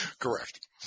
Correct